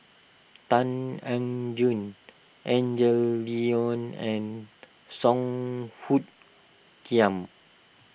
Tan Eng Joo Angel Liong and Song Hoot Kiam